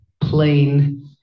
plain